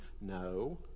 No